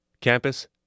campus